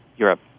Europe